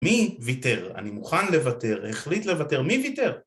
מי ויתר? אני מוכן לותר, החליט לותר, מי ויתר?